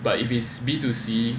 but if it's B to C